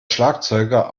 schlagzeuger